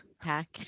pack